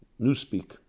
newspeak